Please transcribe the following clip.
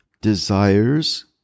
desires